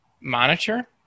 monitor